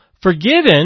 forgiven